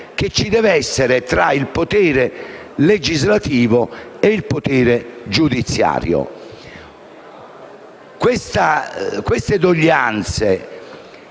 che deve esservi tra il potere legislativo e il potere giudiziario.